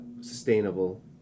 sustainable